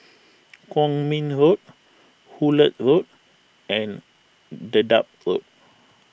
Kwong Min Road Hullet Road and Dedap Road